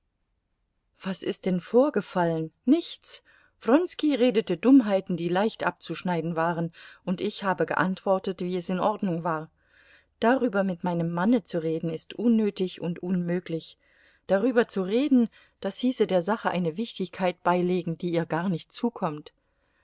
was ist denn vorgefallen nichts wronski redete dummheiten die leicht abzuschneiden waren und ich habe geantwortet wie es in ordnung war darüber mit meinem manne zu reden ist unnötig und unmöglich darüber zu reden das hieße der sache eine wichtigkeit beilegen die ihr gar nicht zukommt